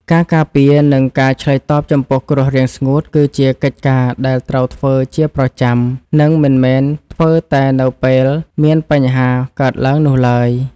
ការការពារ និងការឆ្លើយតបចំពោះគ្រោះរាំងស្ងួតគឺជាកិច្ចការដែលត្រូវធ្វើជាប្រចាំ និងមិនមែនធ្វើតែនៅពេលមានបញ្ហាកើតឡើងនោះឡើយ។